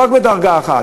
לא רק בדרגה אחת.